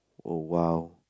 oh !wow!